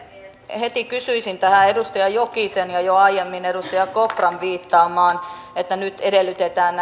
heti kysyisin tästä edustaja jokisen ja jo aiemmin edustaja kopran viittaamasta että nyt edellytetään